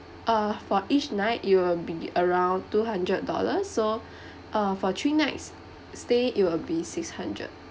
uh for each night it'll be around two hundred dollars so uh for three nights stay it'll be six hundred